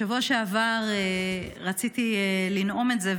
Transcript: בשבוע שעבר רציתי לנאום את זה,